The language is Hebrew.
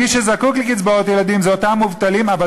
מי שזקוקים לקצבאות ילדים הם אותם מובטלים,